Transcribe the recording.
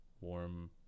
warm